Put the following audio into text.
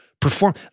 perform